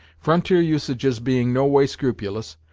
frontier usages being no way scrupulous,